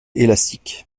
élastiques